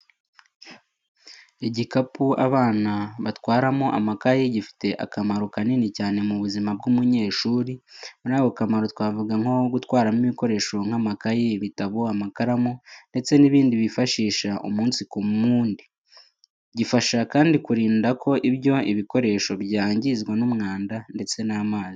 Igikapu abana batwaramo amakayi gifite akamaro kanini cyane mu buzima bw’umunyeshuri. Muri ako kamaro twavuga nko gutwaramo ibikoresho nk'amakayi, ibitabo, amakaramu ndetse n'ibindi bifashisha umunsi ku wundi. Gifasha kandi kurinda ko ibyo ibikoresho byangizwa n'umwanda ndetse n'amazi.